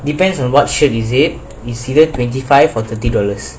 depends on what shirt is it exceeded twenty five or thirty dollars